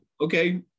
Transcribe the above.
Okay